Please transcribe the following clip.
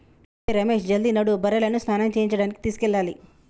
ఒరేయ్ రమేష్ జల్ది నడు బర్రెలను స్నానం చేయించడానికి తీసుకెళ్లాలి